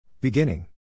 Beginning